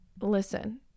listen